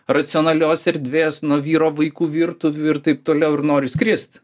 racionalios erdvės nuo vyro vaikų virtuvių ir taip toliau ir noriu skrist